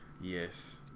Yes